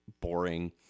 boring